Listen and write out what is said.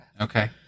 Okay